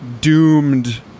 doomed